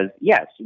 yes